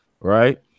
right